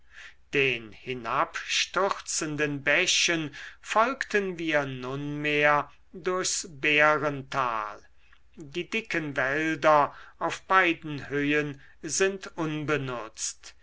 den hinabstürzenden bächen folgten wir nunmehr durchs bärental die dicken wälder auf beiden höhen sind unbenutzt